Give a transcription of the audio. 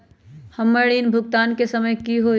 हमर ऋण भुगतान के समय कि होई?